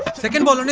second ball